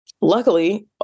luckily